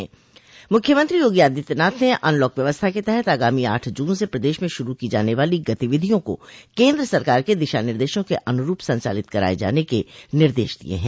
मुख्यमंत्री योगी आदित्यनाथ ने अनलॉक व्यवस्था के तहत आगामी आठ जून से प्रदेश में शुरू की जाने वाली गतिविधियों को केन्द्र सरकार के दिशा निर्देशों के अनुरूप संचालित कराये जाने के निर्देश दिये हैं